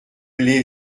l’ai